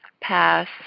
pass